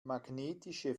magnetische